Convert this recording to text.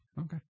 Okay